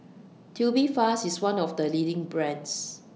Tubifast IS one of The leading brands